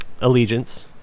Allegiance